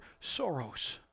sorrows